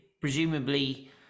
Presumably